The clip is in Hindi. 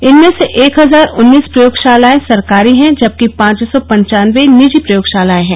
इनमें से एक हजार उन्नीस प्रयोगशालाए सरकारी हैं जबकि पांच सौ पंचानबे निजी प्रयोगशालाएं हैं